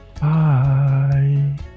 Bye